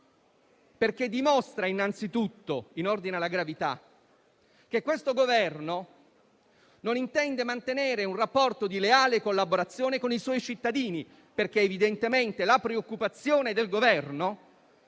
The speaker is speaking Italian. perché dimostra, innanzitutto, in ordine alla gravità, che questo Governo non intende mantenere un rapporto di leale collaborazione con i suoi cittadini, perché evidentemente la preoccupazione del Governo